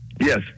Yes